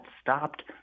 stopped –